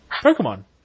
Pokemon